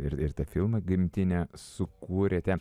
ir ir tą filmą gimtinė sukūrėte